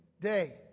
day